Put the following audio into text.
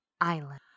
Island